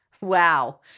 Wow